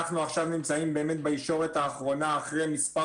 אנחנו עכשיו נמצאים באמת בישורת האחרונה אחרי מספר